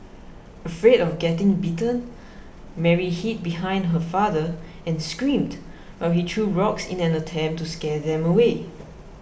afraid of getting bitten Mary hid behind her father and screamed while he threw rocks in an attempt to scare them away